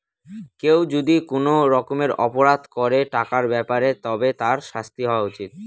কেউ যদি কোনো রকমের অপরাধ করে টাকার ব্যাপারে তবে তার শাস্তি হওয়া উচিত